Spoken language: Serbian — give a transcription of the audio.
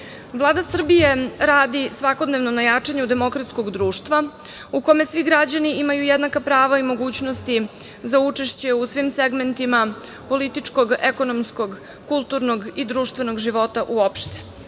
itd. Vlada Srbije radi svakodnevno na jačanju demokratskog društva u kome svi građani imaju jednaka prava i mogućnosti za učešće u svim segmentima političkog, ekonomskog, kulturnog i društvenog života uopšte.